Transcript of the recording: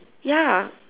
ya